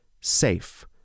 SAFE